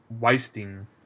wasting